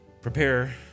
prepare